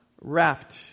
wrapped